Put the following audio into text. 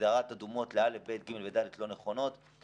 הגדרת האדומות לא', ב', ג' וד' לא נכונות.